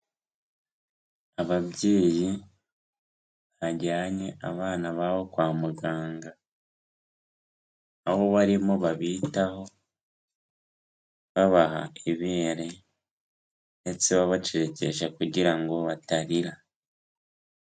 Ababyeyi bajyanye abana babo kwa muganga, aho barimo babitaho babaha ibere ndetse babacecekesha kugira ngo batarira.